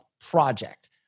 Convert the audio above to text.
project